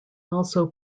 also